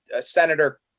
Senator